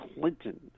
Clinton